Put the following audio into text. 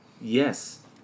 Yes